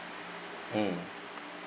mm